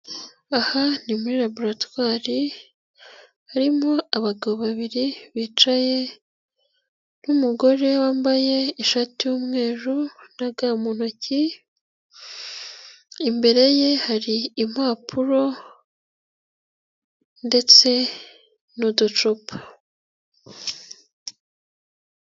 Aha ni muri laboratwari harimo abagabo babiri bicaye n'umugore wambaye ishati y'umweru na ga mu ntoki, imbere ye hari impapuro ndetse n'uducupa.